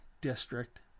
District